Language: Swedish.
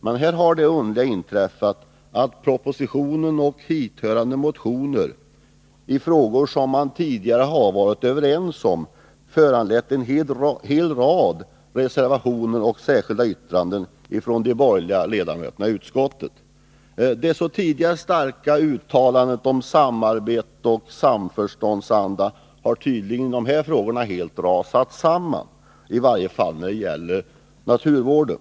Men här har det underliga inträffat att propositionen och motionerna i frågor som man tidigare har varit överens om har föranlett en hel rad reservationer och två särskilda yttranden från de borgerliga ledamöterna i utskottet. Det tidigare starka uttalandet om samarbete och samförståndsanda har tydligen helt rasat samman i dessa frågor, i varje fall när det gäller naturvården.